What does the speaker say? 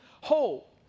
whole